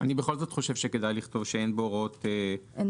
אני בכל זאת חושב שכדאי לכתוב שאין בהוראות סעיף